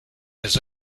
his